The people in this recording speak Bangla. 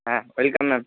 হ্যাঁ ওয়েলকাম ম্যাম